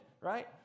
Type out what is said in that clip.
Right